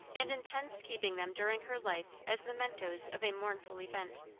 and intends keeping them during her life as mementos of a mournful event.